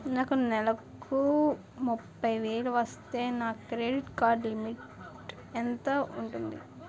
నాకు నెలకు ముప్పై వేలు వస్తే నా క్రెడిట్ కార్డ్ లిమిట్ ఎంత ఉంటాది?